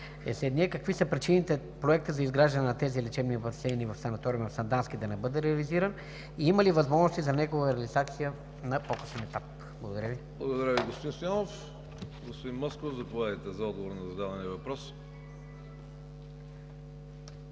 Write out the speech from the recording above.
какви са причините проектът за изграждане на тези лечебни басейни в санаториума в Сандански да не бъде реализиран и има ли възможности за негова реализация на по-късен етап? Благодаря Ви. ПРЕДСЕДАТЕЛ КРАСИМИР КАРАКАЧАНОВ: Благодаря Ви, господин Стоянов. Господин Москов, заповядайте за отговор на зададения въпрос.